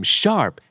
sharp